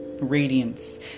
radiance